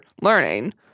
learning